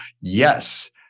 Yes